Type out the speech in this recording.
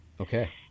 Okay